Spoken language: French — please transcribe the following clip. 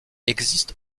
existe